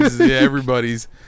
everybody's